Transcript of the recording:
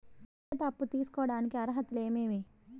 వ్యక్తిగత అప్పు తీసుకోడానికి అర్హతలు ఏమేమి